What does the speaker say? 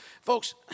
Folks